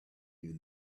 even